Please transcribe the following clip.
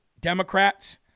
Democrats